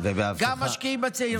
גם משקיעים בצעירים,